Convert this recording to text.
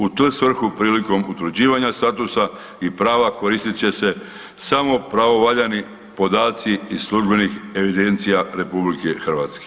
U tu svrhu prilikom utvrđivanja statusa i prava koristit će se samo pravovaljani podaci iz službenih evidencija RH.